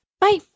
Bye